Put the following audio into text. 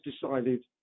decided